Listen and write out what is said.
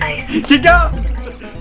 i don't know